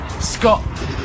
Scott